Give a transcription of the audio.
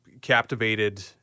captivated